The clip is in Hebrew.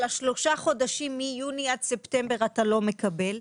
השלושה חודשים מיוני עד ספטמבר אתה לא מקבל,